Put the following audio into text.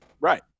Right